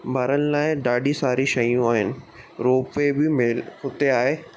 ॿारनि लाइ ॾाढी सारी शयूं आहिनि रोप वे बि मेन उते आहे